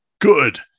good